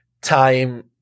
time